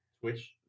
Twitch